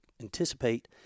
anticipate